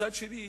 מצד שני,